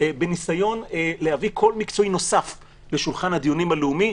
בניסיון להביא קול מקצועי נוסף לשולחן הדיונים הלאומי,